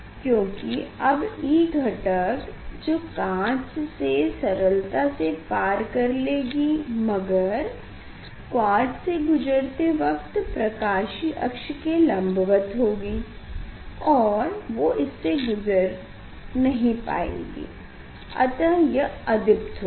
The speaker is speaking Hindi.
क्योंकि अब E घटक जो काँच से सरलता से पार कर लेगी मगर क्वार्ट्ज़ से गुजरते वक्त प्रकाशीय अक्ष के लम्बवत होगी और वो इससे गुज़र नहीं पाएगी अतः यह अदीप्त होगी